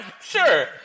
sure